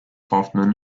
hofmann